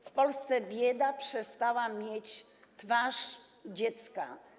W Polsce bieda przestała mieć twarz dziecka.